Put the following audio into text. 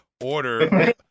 order